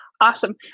awesome